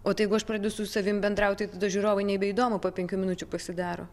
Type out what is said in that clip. o tai jeigu aš pradedu su savimi bendrauti tada žiūrovui neįdomu po penkių minučių pasidaro